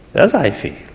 yes, i think.